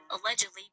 allegedly